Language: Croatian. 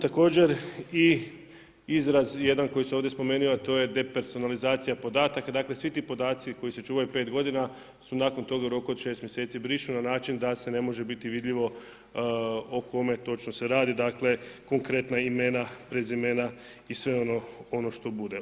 Također i izraz jedan koji se ovdje spomenuo, a to je depersonalizacija podataka, dakle svi ti podaci koji se čuvaju pet godina su nakon toga u roku od šest mjeseci brišu na način da se ne može biti vidljivo o kome točno se radi, dakle konkretna imena, prezimena i sve ono što bude.